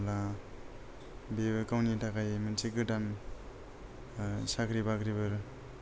अब्ला बियो गावनि थाखाय मोनसे गोदान साख्रि बाख्रि